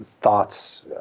thoughts